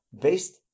based